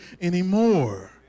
anymore